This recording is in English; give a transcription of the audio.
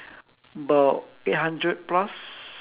about eight hundred plus